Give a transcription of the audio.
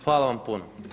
Hvala vam puno.